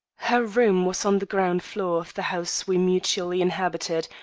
her room was on the ground floor of the house we mutually inhabited,